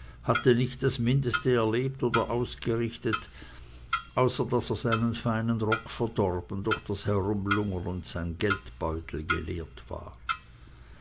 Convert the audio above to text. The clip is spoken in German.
hatte nicht das mindeste erlebt oder ausgerichtet außer daß er seinen feinen rock verdorben durch das herumlungern und sein geldbeutel geleert war